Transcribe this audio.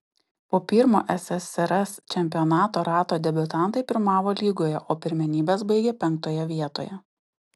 po pirmo ssrs čempionato rato debiutantai pirmavo lygoje o pirmenybes baigė penktoje vietoje